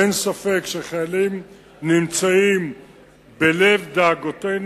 אין ספק שחיילים נמצאים בלב דאגותינו.